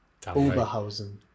Oberhausen